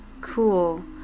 Cool